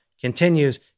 continues